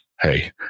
hey